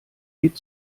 geht